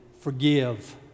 Forgive